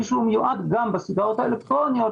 שהוא מיועד גם בסיגריות האלקטרוניות,